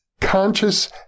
conscious